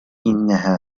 إنها